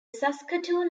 saskatoon